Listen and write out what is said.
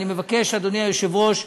אדוני היושב-ראש,